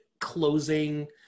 closing